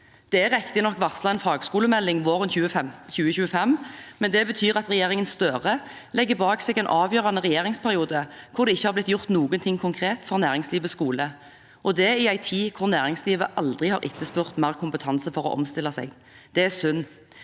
Det er riktig nok varslet en fagskolemelding våren 2025, men det betyr at regjeringen Støre legger bak seg en avgjørende regjeringsperiode hvor det ikke er blitt gjort noe konkret for næringslivets skole – og det i en tid hvor næringslivet aldri har etterspurt mer kompetanse for å omstille seg. Det er synd,